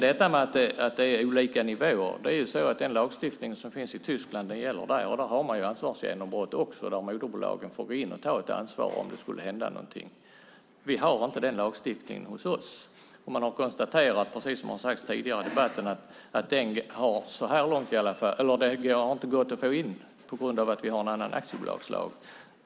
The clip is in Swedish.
Det är olika nivåer. Den lagstiftning som finns i Tyskland gäller där, och där har man också ansvarsgenombrott. Moderbolagen får gå in och ta ett ansvar om det skulle hända någonting. Vi har inte den lagstiftningen hos oss. Precis som har sagts tidigare har det konstaterats att det inte gått att få in det på grund av att vi har en annan aktiebolagslag.